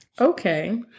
Okay